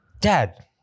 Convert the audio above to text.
Dad